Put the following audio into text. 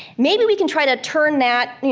maybe we can try to turn that,